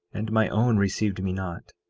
and my own received me not.